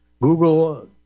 Google